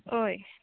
होय